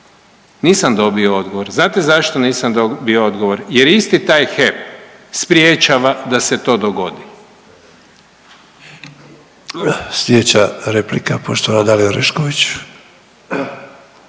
nisam dobio odgovor. Znate zašto nisam dobio odgovor? Jer isti taj HEP sprječava da se to dogodi.